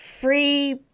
free